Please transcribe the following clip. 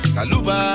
Kaluba